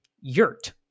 yurt